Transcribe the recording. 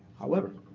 however,